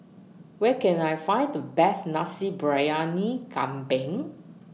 Where Can I Find The Best Nasi Briyani Kambing